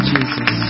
Jesus